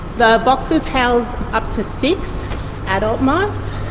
the boxes house up to six adult mice,